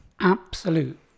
absolute